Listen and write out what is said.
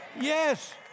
Yes